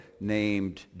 named